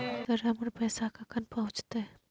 Sir, हमर पैसा कखन पहुंचतै?